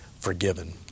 forgiven